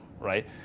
right